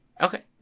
Okay